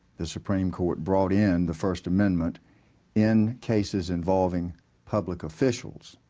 the supreme court brought in the first amendment in cases involving public officials,